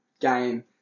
game